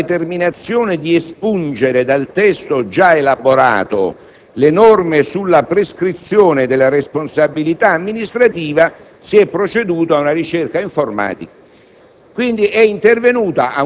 di aver presentato un altro testo e di non avere più avuto alcun ruolo nella fase successiva. Oggi il Governo è stato silente su questo tema, ancorché interpellato dai parlamentari dell'opposizione.